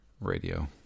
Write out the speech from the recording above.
Radio